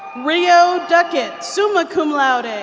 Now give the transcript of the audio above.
rio duckett, summa cum laude.